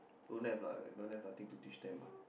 don't have lah don't have nothing to teach them ah